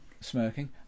smirking